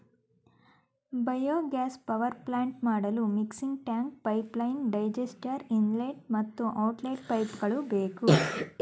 biogas power plant ಮಾಡಲು mixing tank, pipeline, digester, inlet ಮತ್ತು outlet ಪೈಪ್ಗಳು ಬೇಕು